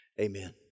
Amen